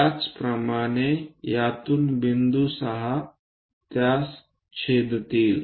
त्याचप्रमाणे यातून बिंदू 6 त्यास छेदतील